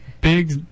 big